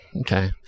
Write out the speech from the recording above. okay